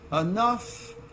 enough